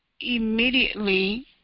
immediately